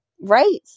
Right